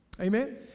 Amen